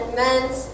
men's